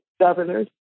governors